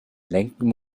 lenken